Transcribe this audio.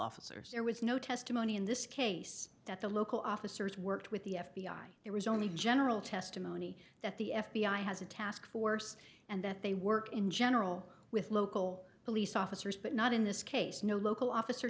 officers there was no testimony in this case that the local officers worked with the f b i it was only general testimony that the f b i has a task force and that they work in general with local police officers but not in this case no local officer